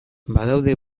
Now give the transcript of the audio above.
badaude